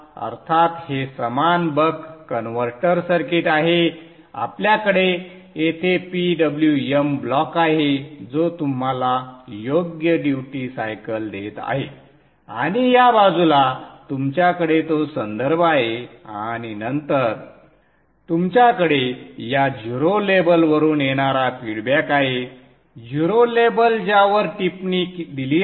अर्थात हे समान बक कन्व्हर्टर सर्किट आहे आपल्याकडे येथे PWM ब्लॉक आहे जो तुम्हाला योग्य ड्युटी सायकल देत आहे आणि या बाजूला तुमच्याकडे तो संदर्भ आहे आणि नंतर तुमच्याकडे या 0 लेबलवरून येणारा फीडबॅक आहे 0 लेबल ज्यावर टिप्पणी दिली आहे